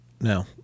No